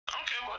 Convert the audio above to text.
okay